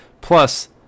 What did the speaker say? plus